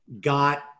got